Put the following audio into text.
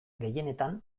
gehienetan